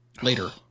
Later